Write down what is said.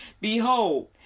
Behold